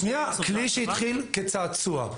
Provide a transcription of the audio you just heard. שנייה, כלי שהתחיל כצעצוע,